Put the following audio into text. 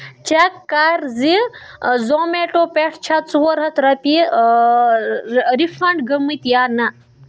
check کَر زِ Zomato پٮ۪ٹھٕ چھےٚ ژور ہَتھ رۄپیہِ رِفنڈ گٔمٕتۍ یا نَہ